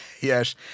yes